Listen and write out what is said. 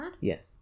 Yes